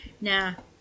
Now